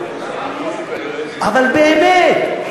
אבל באמת,